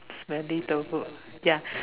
smelly tofu ya